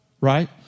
right